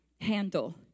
Handle